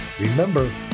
Remember